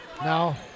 Now